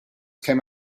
came